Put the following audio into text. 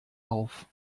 auf